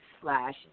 slash